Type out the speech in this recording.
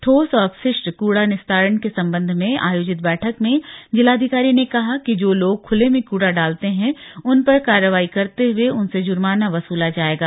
ठोस और अपशिष्ट कूड़ा निस्तारण के संबंध में आयोजित बैठक में जिलाधिकारी ने कहा कि जो लोग खुले में कूड़ा डालते हैं उन पर कार्रवाई करते हुए उनसे जूर्माना वसूला जाएगा